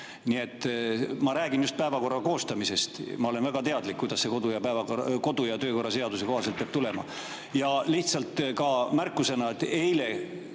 Nii et ma räägin just päevakorra koostamisest. Ma olen väga teadlik, kuidas see kodu‑ ja töökorra seaduse kohaselt peab toimuma. Ja lihtsalt märkusena, et eile,